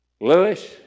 Lewis